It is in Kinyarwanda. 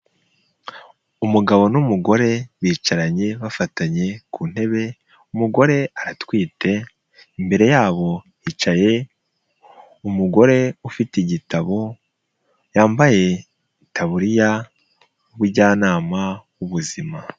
Umugabo n'umugore bicaranye bafatanye ku ntebe. Umugore aratwite, imbere yabo hicaye umugore ufite igitabo. Yambaye itaburiya w'umujyanama w'ubuzima.